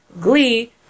Glee